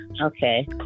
okay